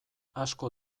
asko